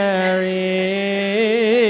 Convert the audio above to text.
Mary